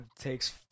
takes